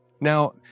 Now